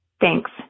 Thanks